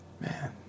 Man